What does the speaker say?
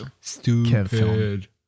Stupid